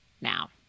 now